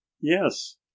yes